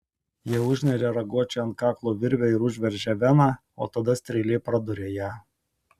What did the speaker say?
jie užneria raguočiui ant kaklo virvę ir užveržia veną o tada strėle praduria ją